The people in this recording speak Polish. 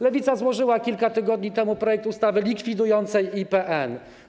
Lewica złożyła kilka tygodni temu projekt ustawy likwidującej IPN.